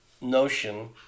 notion